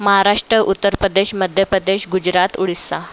Maharashtra Uttar Pradesh Madhya Pradesh Gujarat Odisha